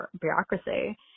bureaucracy